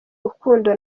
rukundo